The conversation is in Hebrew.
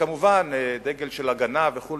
וכמובן דגל של הגנה וכו',